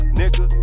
nigga